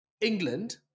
England